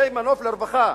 זה מנוף לרווחה,